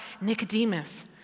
Nicodemus